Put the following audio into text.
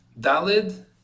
Dalid